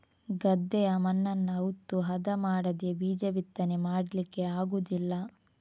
ಗದ್ದೆಯ ಮಣ್ಣನ್ನ ಉತ್ತು ಹದ ಮಾಡದೇ ಬೀಜ ಬಿತ್ತನೆ ಮಾಡ್ಲಿಕ್ಕೆ ಆಗುದಿಲ್ಲ